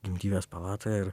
gimdyvės palatoje ir